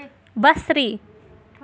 بصری